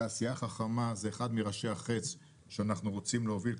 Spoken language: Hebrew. תעשייה חכמה זה אחד מראשי החץ שאנחנו רוצים להוביל.